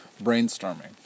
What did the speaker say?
brainstorming